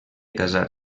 casar